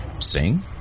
Sing